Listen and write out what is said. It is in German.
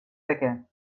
wecker